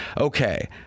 Okay